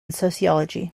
sociology